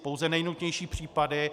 Pouze nejnutnější případy.